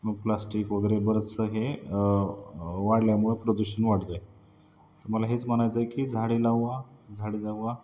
मग प्लास्टिक वगैरे बरंचसं हे वाढल्यामुळं प्रदूषण वाढतं आहे तर मला हेच म्हणायचं आहे की झाडे लावा झाडे जगवा